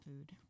food